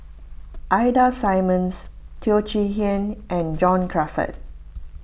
Ida Simmons Teo Chee Hean and John Crawfurd